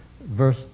verse